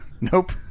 Nope